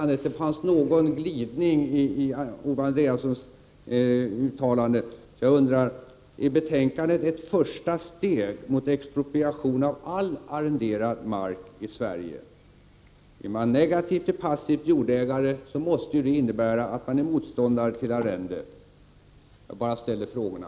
Det fanns en glidning i Owe Andréassons uttalande, så jag undrar: Är betänkandet ett första steg mot expropriation av all arrenderad mark i Sverige? Om man är negativt inställd till passivt jordägande måste det ju innebära att man är motståndare till arrenden. Jag bara ställer frågorna.